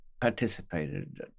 participated